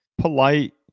polite